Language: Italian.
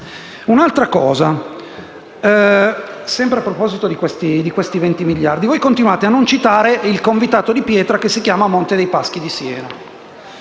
un'altra cosa a proposito di questi 20 miliardi di euro. Voi continuate a non citare il convitato di pietra che si chiama Monte dei Paschi di Siena.